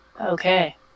Okay